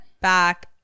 back